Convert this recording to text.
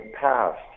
passed